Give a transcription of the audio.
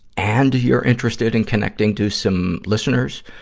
and you're interested in connecting to some listeners,